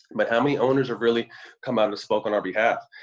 but how many owners have really come out and spoke on our behalf?